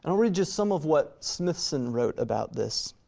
and read just some of what smithson wrote about this.